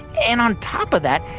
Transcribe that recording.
and on top of that,